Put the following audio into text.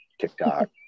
TikTok